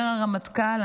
אומר הרמטכ"ל,